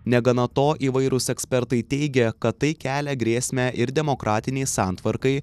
negana to įvairūs ekspertai teigia kad tai kelia grėsmę ir demokratinei santvarkai